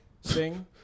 sing